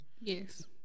Yes